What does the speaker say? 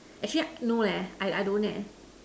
actually no leh I I don't eh